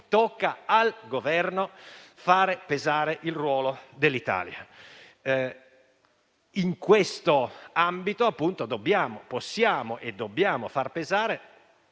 Spetta al Governo far pesare il ruolo dell'Italia. In questo ambito possiamo e dobbiamo far pesare